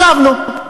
ישבנו,